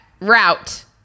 Route